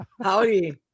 howdy